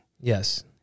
yes